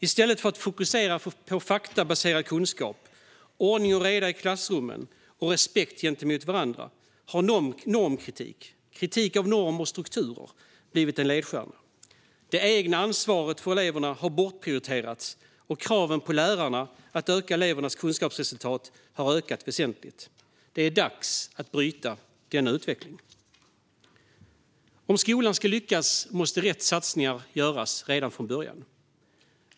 I stället för att fokusera på faktabaserad kunskap, ordning och reda i klassrummen och respekt gentemot varandra har kritik av normer och strukturer blivit en ledstjärna. Elevernas eget ansvar har bortprioriterats, och kraven på lärarna att öka elevernas kunskapsresultat har ökat väsentligt. Det är dags att bryta denna utveckling. Om skolan ska lyckas måste rätt satsningar göras redan från början.